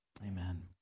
amen